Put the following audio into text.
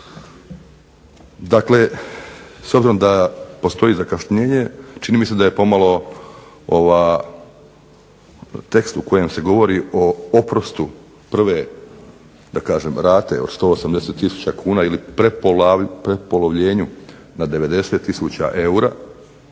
Dakle s obzirom da postoji zakašnjenje čini mi se da je pomalo tekst u kojem se govori o oprostu prve da kažem rate od 180 tisuća kuna ili prepolovljenju na 90 tisuća